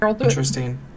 Interesting